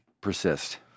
persist